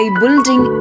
building